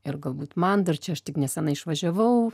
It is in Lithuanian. ir galbūt man dar čia aš tik neseniai išvažiavau